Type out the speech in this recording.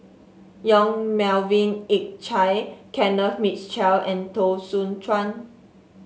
Yong Melvin Yik Chye Kenneth Mitchell and Teo Soon Chuan